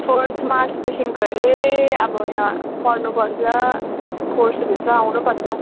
fourth मार्चदेखिको अरे अब यहाँ पढ्नुपर्छ कोर्स हुँदैछ आउनुपर्छ